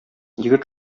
егет